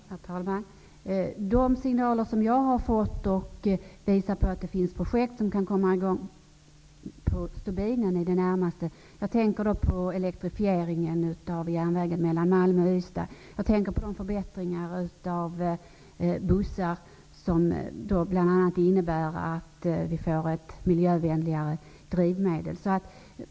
Herr talman! De signaler som jag har fått visar att det finns projekt som kan komma i gång i det närmaste ''på stubinen''. Jag tänker på elektrifieringen av järnvägen mellan Malmö och Ystad. Jag tänker på de förbättringar av bussar som bl.a. innebär att vi får ett miljövänligare drivmedel.